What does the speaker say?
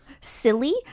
Silly